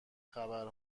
گهخبر